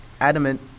adamant